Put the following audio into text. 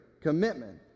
commitment